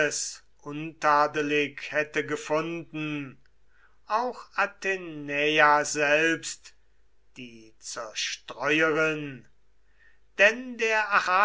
untadelig hätte gefunden auch athenäa selbst die zerstreuerin denn der